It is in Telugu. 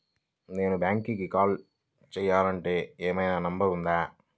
నేను బ్యాంక్కి కాల్ చేయాలంటే ఏమయినా నంబర్ ఉందా?